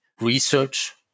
research